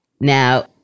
Now